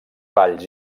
valls